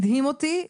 הדהים אותי,